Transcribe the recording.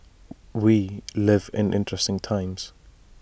we live in interesting times